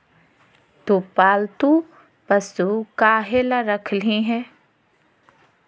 तु पालतू पशु काहे ला रखिली हें